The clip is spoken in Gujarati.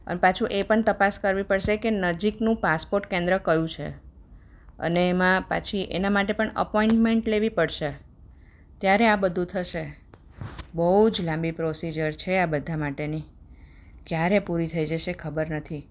અને પાછું એ પણ તપાસ કરવી પડશે કે નજીકનું પાસપોર્ટ કેન્દ્ર કયું છે અને એમાં પાછી એના માટે પણ અપોઈન્ટમેન્ટ લેવી પડશે ત્યારે આ બધું થશે બહુ જ લાંબી પ્રોસિજર છે આ બધા માટેની ક્યારે પૂરી થઈ જશે ખબર નથી